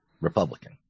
Republican